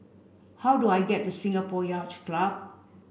how do I get to Singapore Yacht Club